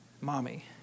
Mommy